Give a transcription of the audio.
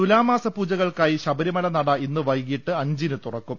തുലാമാസ പൂജകൾക്കായി ശബരിമല നട ഇന്ന് വൈകിട്ട് അഞ്ചിന് തുറ ക്കും